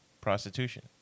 prostitution